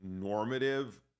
normative